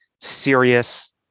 serious